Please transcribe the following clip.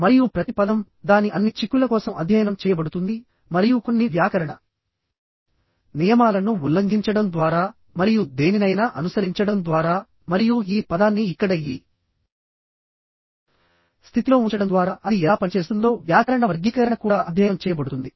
మరియు ప్రతి పదం దాని అన్ని చిక్కుల కోసం అధ్యయనం చేయబడుతుంది మరియు కొన్ని వ్యాకరణ నియమాలను ఉల్లంఘించడం ద్వారా మరియు దేనినైనా అనుసరించడం ద్వారా మరియు ఈ పదాన్ని ఇక్కడ ఈ స్థితిలో ఉంచడం ద్వారా అది ఎలా పనిచేస్తుందో వ్యాకరణ వర్గీకరణ కూడా అధ్యయనం చేయబడుతుంది